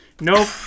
nope